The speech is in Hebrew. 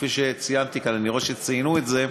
כפי שציינתי כאן, אני רואה שציינו את זה,